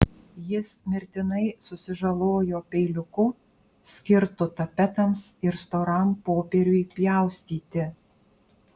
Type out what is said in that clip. jis mirtinai susižalojo peiliuku skirtu tapetams ir storam popieriui pjaustyti